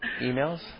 emails